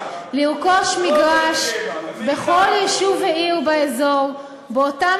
לרכוש מגרש בכל יישוב ועיר באזור באותם